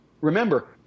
remember